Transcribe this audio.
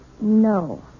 No